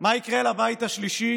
מה יקרה לבית השלישי?